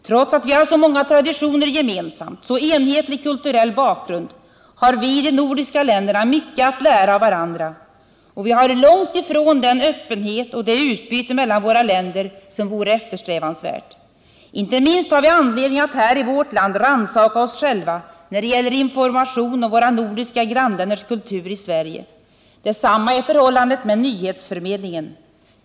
Trots att vi har så många traditioner gemensamt, så enhetlig kulturell bakgrund, har vi i de nordiska länderna mycket att lära av varandra. Och vi har långt ifrån den öppenhet och det utbyte mellan våra länder som vore eftersträvansvärt. Inte minst har vi anledning att här i vårt land rannsaka oss själva när det gäller information om våra nordiska grannländers kultur. Detsamma är förhållandet med nyhetsförmedlingen.